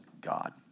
God